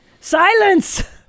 Silence